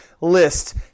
list